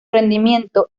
rendimiento